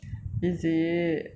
is it